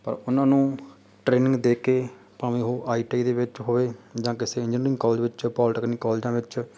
ਪਰ ਉਹਨਾਂ ਨੂੰ ਟ੍ਰੇਨਿੰਗ ਦੇ ਕੇ ਭਾਵੇਂ ਉਹ ਆਈ ਟੀ ਆਈ ਦੇ ਵਿੱਚ ਹੋਏ ਜਾਂ ਕਿਸੇ ਇੰਜਨੀਅਰਿੰਗ ਕੋਲਜ ਵਿੱਚ ਪੋਲੀਟੈਕਨਿਕ ਕੋਲਜਾਂ ਵਿੱਚ